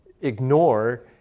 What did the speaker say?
ignore